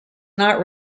not